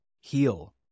heal